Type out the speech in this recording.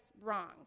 wrong